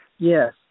Yes